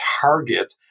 target